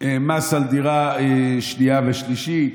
מס על דירה שנייה ושלישית,